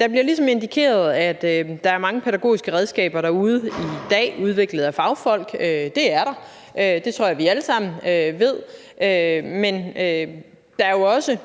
Det bliver ligesom indikeret, at der er mange pædagogiske redskaber derude i dag, udviklet af fagfolk. Det er der; det tror jeg vi alle sammen ved. Men der er jo også